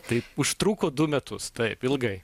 tai užtruko du metus taip ilgai